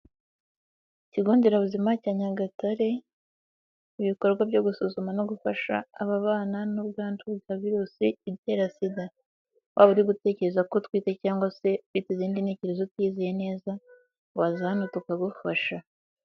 Ikigo nderabuzima cya Nyagatare ibikorwa byo gusuzuma no gufasha ababana n'ubwandu bwa virusi itera Sida, waba uri gutekereza ko utwite cyangwa se ufite izindi ntekerezo utiyizeye neza waza hano tukagufasha.